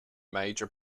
major